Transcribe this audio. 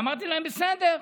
אמרתי להם: בסדר,